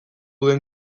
den